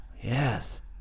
Yes